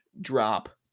drop